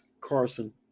Carson